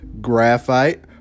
Graphite